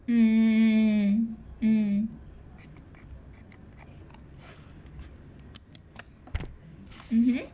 mm mm mmhmm